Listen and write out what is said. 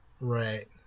Right